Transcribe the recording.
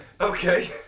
Okay